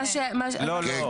לא, לא.